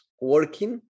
working